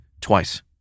twice